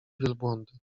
wielbłądy